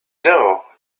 know